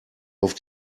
auf